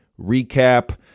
recap